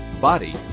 body